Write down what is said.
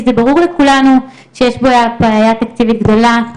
לכולנו שיש בעיה תקציבית גדולה.